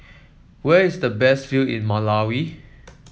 where is the best view in Malawi